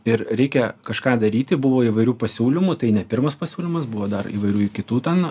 ir reikia kažką daryti buvo įvairių pasiūlymų tai ne pirmas pasiūlymas buvo dar įvairių ir kitų ten